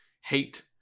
hate